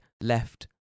left